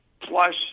Plus